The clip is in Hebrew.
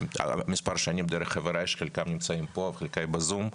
מספר שנים דרך חבריי שחלקם נמצאים פה וחלקם בזום,